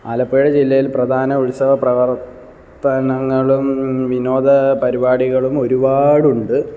ആലപ്പുഴ ജില്ലയിൽ പ്രധാന ഉത്സവ പ്രവർത്തനങ്ങളും വിനോദ പരിപാടികളും ഒരുപാടുണ്ട്